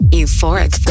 Euphoric